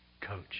coach